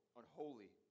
unholy